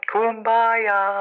Kumbaya